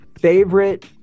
Favorite